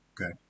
okay